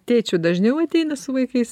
tėčių dažniau ateina su vaikais